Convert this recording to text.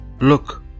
Look